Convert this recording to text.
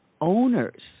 owners